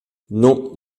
non